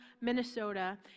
Minnesota